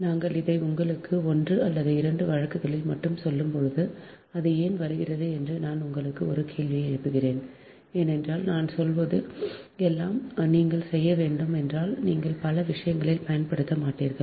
நாங்கள் இதை உங்களுக்கு 1 அல்லது 2 வழக்குகளில் மட்டும் சொல்லும்போது அது ஏன் வருகிறது என்று நான் உங்களுக்கு ஒரு கேள்வி எழுப்புகிறேன் ஏனென்றால் நான் சொல்வது எல்லாம் நீங்கள் செய்ய வேண்டும் என்றால் நீங்கள் பல விஷயங்களில் பயன்படுத்த மாட்டீர்கள்